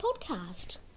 podcast